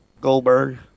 Goldberg